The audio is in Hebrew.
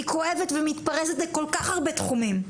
היא כואבת ומתפרסת לכל כך הרבה תחומים.